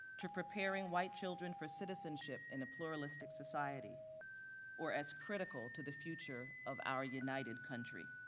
to preparing white children for citizenship in a pluralistic society or as critical to the future of our united country.